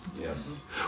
Yes